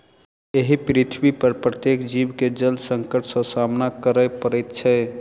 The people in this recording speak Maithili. एहि पृथ्वीपर प्रत्येक जीव के जल संकट सॅ सामना करय पड़ैत छै